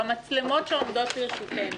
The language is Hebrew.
במצלמות שעומדות לרשותנו,